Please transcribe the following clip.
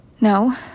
No